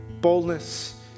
boldness